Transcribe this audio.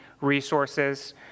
resources